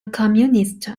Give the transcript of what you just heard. communist